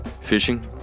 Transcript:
fishing